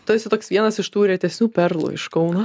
tu esi toks vienas iš tų retesnių perlų iš kauno